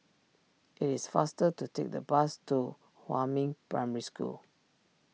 it is faster to take the bus to Huamin Primary School